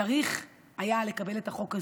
צריך היה לקבל את החוק הזה.